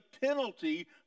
penalty